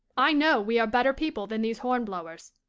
i know we are better people than these hornblowers.